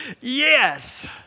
yes